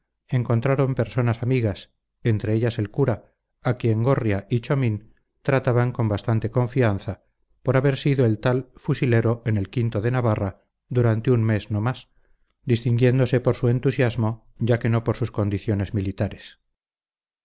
encontraron personas amigas entre ellas el cura a quien gorria y chomín trataban con bastante confianza por haber sido el tal fusilero en el o de navarra durante un mes no más distinguiéndose por su entusiasmo ya que no por sus condiciones militares